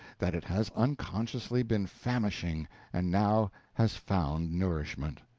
that it has unconsciously been famishing and now has found nourishment.